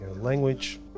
language